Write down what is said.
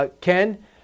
Ken